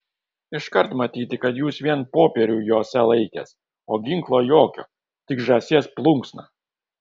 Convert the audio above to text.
iškart matyti kad jūs vien popierių jose laikęs o ginklo jokio tik žąsies plunksną